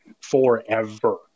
forever